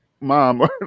mom